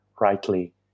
rightly